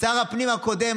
שר הפנים הקודם,